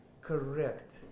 correct